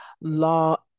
Law